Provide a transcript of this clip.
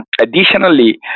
Additionally